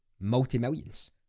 multi-millions